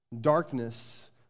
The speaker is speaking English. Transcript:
darkness